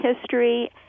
history